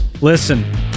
listen